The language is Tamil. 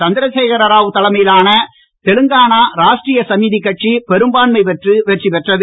சந்திரசேகர ராவ் தலைமையிலான தெலுங்கானா ராஷ்ட்ரீய சமிதி கட்சி பெரும்பான்மை பெற்று வெற்றி பெற்றது